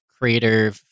creator